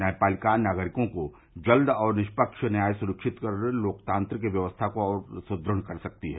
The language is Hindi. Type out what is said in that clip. न्यायपालिका नागरिकों को जल्द और निष्पक्ष न्याय सनिश्चित कर लोकतांत्रिक व्यवस्था को और अधिक सुदृढ कर सकती है